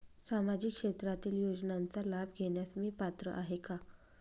सामाजिक क्षेत्रातील योजनांचा लाभ घेण्यास मी पात्र आहे का?